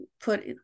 put